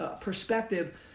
perspective